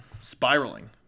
spiraling